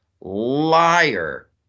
liar